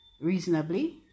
reasonably